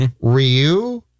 Ryu